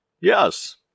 Yes